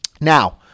Now